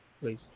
please